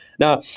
now,